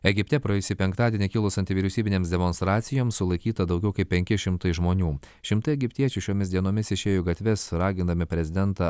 egipte praėjusį penktadienį kilus antivyriausybinėms demonstracijoms sulaikyta daugiau kaip penki šimtai žmonių šimtai egiptiečių šiomis dienomis išėjo į gatves ragindami prezidentą